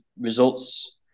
results